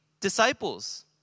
disciples